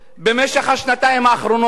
במשך השנתיים האחרונות.